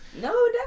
No